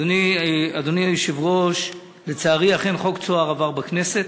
אדוני היושב-ראש, לצערי, אכן חוק "צהר" עבר בכנסת.